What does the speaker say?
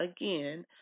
again